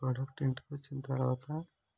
product ఇంటికి వచ్చిన తర్వాత